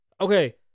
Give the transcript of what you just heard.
Okay